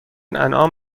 انعام